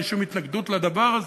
אין לי שום התנגדות לדבר הזה.